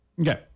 Okay